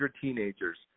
teenagers